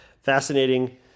fascinating